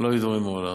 לא היו דברים מעולם.